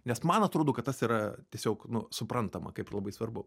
nes man atrodo kad tas yra tiesiog nu suprantama kaip labai svarbu